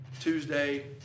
Tuesday